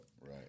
Right